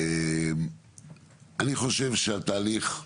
אני חושב שהתהליך,